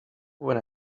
when